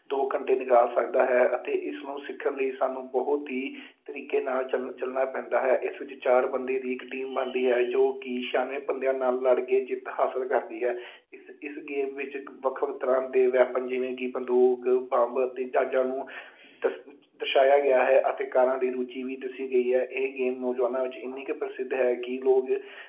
ਦੋ ਘੰਟੇ ਨਿਕਾਲ ਸਕਦਾ ਹੈ ਅਤੇ ਇਸ ਨੂੰ ਸਿੱਖਣ ਲਈ ਸਾਨੂੰ ਬਹੁਤ ਹੀ ਤਰੀਕੇ ਨਾਲ ਚੱਲ ਚੱਲਣਾ ਪੈਂਦਾ ਹੈ ਇਸ ਵਿੱਚ ਚਾਰ ਬੰਦੇ ਦੀ ਇੱਕ ਟੀਮ ਬਣਦੀ ਹੈ ਜੋ ਕਿ ਸ਼ਾਮੇ ਬੰਦਿਆਂ ਨਾਲ ਲੜ ਕੇ ਜਿੱਤ ਹਾਸਿਲ ਕਰਦੀ ਹੈ ਇਸ ਇਸ ਗੇਮ ਵਿੱਚ ਵੱਖ ਵੱਖ ਤਰਾਂ ਦੇ ਵੈਪਨ ਜਿਵੇਂ ਕਿ ਬੰਦੂਕ ਬੰਬ ਦੀ ਝਾਜਾਂ ਨੂੰ ਦਰਸ਼ਾਇਆ ਗਿਆ ਹੈ ਅਤੇ ਕਾਰਾਂ ਦੀ ਚੀਵੀ ਦਿਸੀ ਗਈ ਹੈ ਇਹ ਨੌਜਵਾਨਾਂ ਵਿੱਚ ਇੰਨੀ ਕੁ ਪ੍ਰਸਿੱਧ ਹੈ ਕਿ